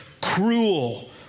cruel